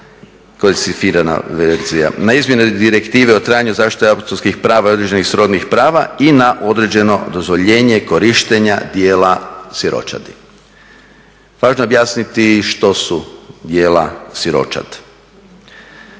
na izmjenu direktive u trajanju zaštite autorskih prava i određenih srodnih prava i na određeno dozvoljenje korištenja djela siročadi. Važno je objasniti što su djela siročad.